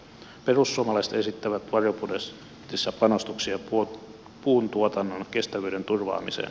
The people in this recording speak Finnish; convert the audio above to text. perussuomalaiset esittävät varjobudjetissa panostuksia puuntuotannon kestävyyden turvaamiseen